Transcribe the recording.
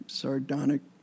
sardonic